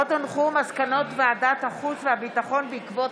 עוד הונחו מסקנות ועדת החוץ והביטחון בעקבות